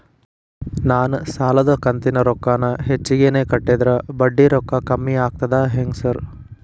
ನಾನ್ ಸಾಲದ ಕಂತಿನ ರೊಕ್ಕಾನ ಹೆಚ್ಚಿಗೆನೇ ಕಟ್ಟಿದ್ರ ಬಡ್ಡಿ ರೊಕ್ಕಾ ಕಮ್ಮಿ ಆಗ್ತದಾ ಹೆಂಗ್ ಸಾರ್?